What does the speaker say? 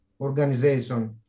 organization